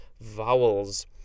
vowels